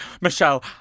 Michelle